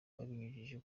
babinyujije